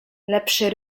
lepszy